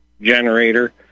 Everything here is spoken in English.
generator